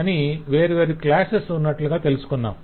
అని వేర్వేరు క్లాసెస్ ఉన్నట్లు తెలుసుకొన్నాము